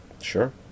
Sure